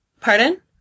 Pardon